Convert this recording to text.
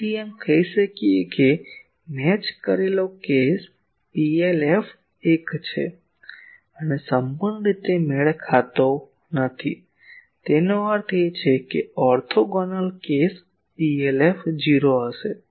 તેથી અમે કહી શકીએ કે મેચ કરેલો કેસ PLF 1 છે અને સંપૂર્ણ રીતે મેળ ખાતો નથી તેનો અર્થ એ કે ઓર્થોગોનલ કેસ PLF 0 હશે